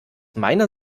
meiner